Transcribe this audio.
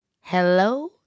Hello